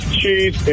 cheese